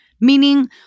meaning